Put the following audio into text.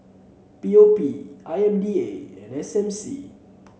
P O P I M D A and S M C